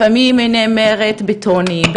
לפעמים היא נאמרת בטונים,